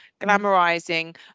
glamorizing